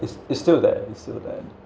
it's it's still there it's still there